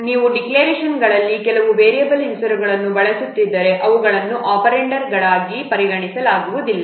ನೀವು ಡಿಕ್ಲರೇಶನ್ಗಳಲ್ಲಿ ಕೆಲವು ವೇರಿಯಬಲ್ ಹೆಸರುಗಳನ್ನು ಬಳಸುತ್ತಿದ್ದರೆ ಅವುಗಳನ್ನು ಒಪೆರಾಂಡ್ಗಳಾಗಿ ಪರಿಗಣಿಸಲಾಗುವುದಿಲ್ಲ